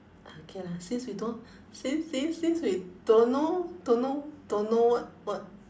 okay lah since we don't since since since we don't know don't know don't know what what